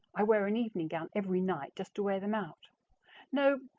i wear an evening gown every night just to wear them out no,